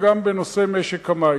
וגם בנושא משק המים.